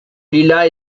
lilas